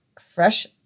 fresh